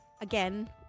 Again